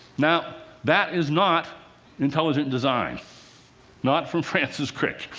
now, that is not intelligent design not from francis crick.